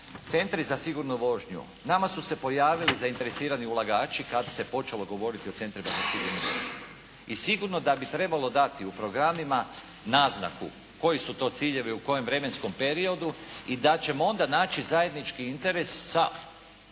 Centri za sigurnu vožnju. Nama su se pojavili zainteresirani ulagači kad se počelo govoriti o Centrima za sigurnu vožnju. I sigurno da bi trebalo dati u programima naznaku koji su to ciljevi u kojem vremenskom periodu i da ćemo onda naći zajednički interes sa